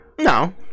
No